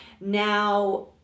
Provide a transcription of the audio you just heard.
Now